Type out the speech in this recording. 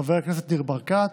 חברי הכנסת ניר ברקת,